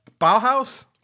Bauhaus